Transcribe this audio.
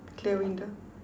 clear window